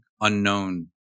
unknown